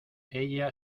ella